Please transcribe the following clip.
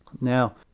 now